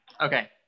Okay